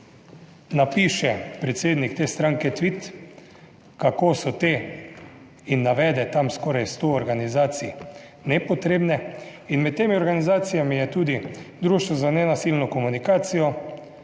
napiše predsednik te stranke tvit, kako so te in navede tam skoraj sto organizacij nepotrebne. In med temi organizacijami je tudi Društvo za nenasilno komunikacijo